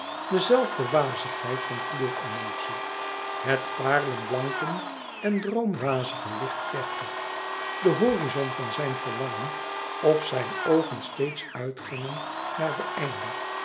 de zelfde wazigheid van kleur emotie het parelen blanke en de droomwazige lichte verte de horizon van zijn verlangen of zijn oogen steeds uitgingen naar den einder